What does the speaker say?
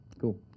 Cool